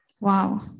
Wow